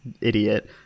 idiot